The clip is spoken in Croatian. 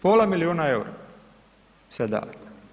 Pola milijuna eura se daje.